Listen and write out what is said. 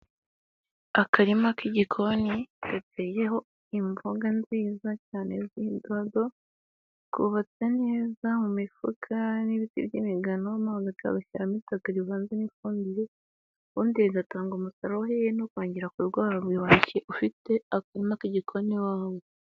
Akarima k'igikoni gateyeho imboga nziza cyane z'idodo kubabatse neza mu mifuka n'ibiti by'imigano mu bikaro cya mitaga rivanze n'ifumbire ubundi bigatanga umusaruro hehe no kongera kurwara bwaki ufite akarima k'igikoni iwawe.